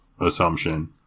assumption